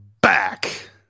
back